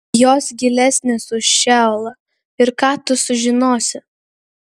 jos gilesnės už šeolą ir ką tu sužinosi